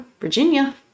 Virginia